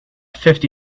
fifty